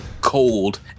cold